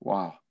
Wow